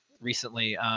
recently